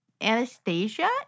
Anastasia